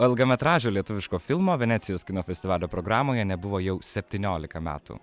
ilgametražio lietuviško filmo venecijos kino festivalio programoje nebuvo jau septyniolika metų